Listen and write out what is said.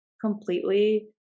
completely